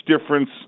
difference